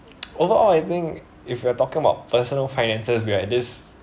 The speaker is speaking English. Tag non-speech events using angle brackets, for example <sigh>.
<noise> overall I think if you are talking about personal finances we are at this